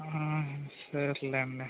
సర్లేండి